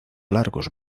largos